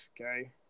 Okay